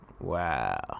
Wow